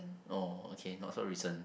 oh okay not so recent